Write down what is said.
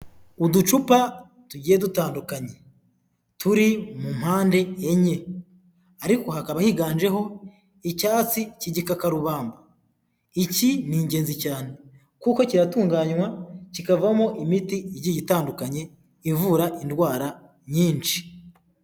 Uducupa tugiye dutandukanye, turi mu mpande enye, ariko hakaba higanjeho icyatsi k'igikakarubamba, iki ni ingenzi cyane, kuko kiratunganywa kikavamo imiti igiye itandukanye ivura indwara nyinshi.